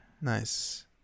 Nice